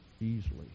easily